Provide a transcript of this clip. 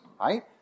right